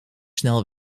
snel